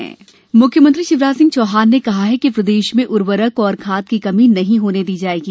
उर्वरक खाद राशन मुख्यमंत्री शिवराज सिंह चौहान ने कहा कि प्रदेश में उर्वरक और खाद की कमी नहीं होने दी जाएगी